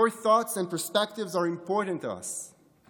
Your thoughts and perspectives are important to us.